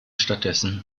stattdessen